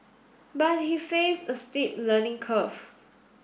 but he faced a steep learning curve